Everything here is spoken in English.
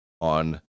on